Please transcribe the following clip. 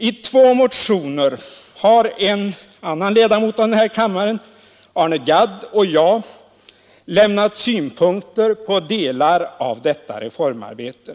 I två motioner har en annan ledamot av den här kammaren, herr Arne Gadd, och jag lämnat synpunkter på delar av detta reformarbete.